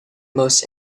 most